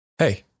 Hey